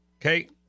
Okay